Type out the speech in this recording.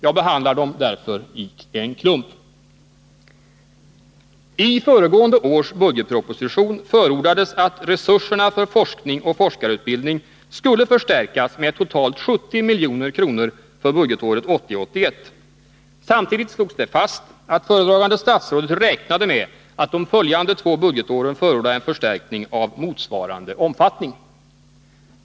Jag behandlar dem därför i en klump. I föregående års budgetproposition förordades att resurserna för forskning och forskarutbildning skulle förstärkas med totalt 70 milj.kr. för budgetåret 1980/81. Samtidigt slogs det fast, att föredragande statsrådet räknade med att de följande två budgetåren förorda en förstärkning av motsvarande omfattning.